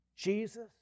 Jesus